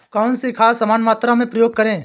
कौन सी खाद समान मात्रा में प्रयोग करें?